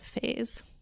phase